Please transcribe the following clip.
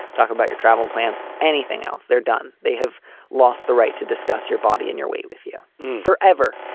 talk about your travel plans. anything else? they're done. they have lost the right to discuss your body in your way with you forever,